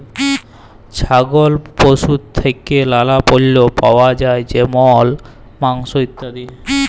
ছাগল পশু থেক্যে লালা পল্য পাওয়া যায় যেমল মাংস, ইত্যাদি